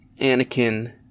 Anakin